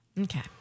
Okay